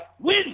win